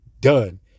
done